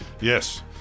Yes